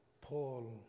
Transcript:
Paul